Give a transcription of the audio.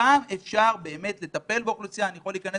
שם אפשר באמת לטפל באוכלוסייה אני יכול להיכנס